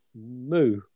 Moo